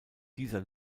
dieser